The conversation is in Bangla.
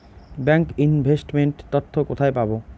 ব্যাংক ইনভেস্ট মেন্ট তথ্য কোথায় পাব?